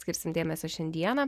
skirsim dėmesio šiandieną